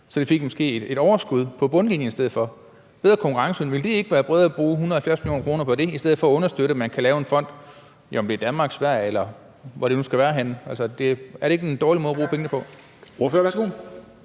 måske fik et overskud på bundlinjen i stedet for? Ville det ikke være bedre at bruge 170 mio. kr. på en bedre konkurrenceevne i stedet for at understøtte, at man kan lave en fond – om det nu er i Danmark eller i Sverige, eller hvor det nu skal være henne? Er det ikke en dårlig måde at bruge pengene på?